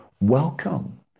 welcome